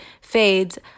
fades